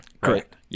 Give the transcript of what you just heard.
Correct